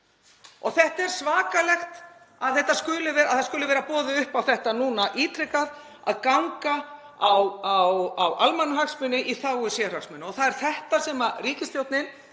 Það er svakalegt að það skuli vera boðið upp á þetta núna ítrekað, að ganga á almannahagsmuni í þágu sérhagsmuna. Það er þetta sem ríkisstjórnin